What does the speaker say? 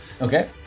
Okay